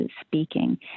speaking